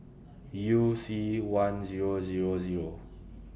YOU C one Zero Zero Zero